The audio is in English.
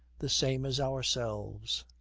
the same as ourselves.